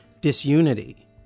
disunity